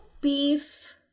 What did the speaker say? beef